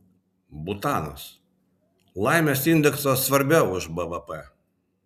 butanas laimės indeksas svarbiau už bvp